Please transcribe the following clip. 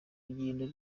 rugendo